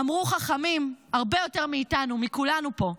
אמרו חכמים הרבה יותר מאיתנו, מכולנו פה,